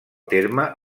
terme